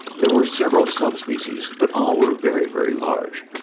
there were several subspecies, but all were very, very large.